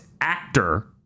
actor